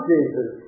Jesus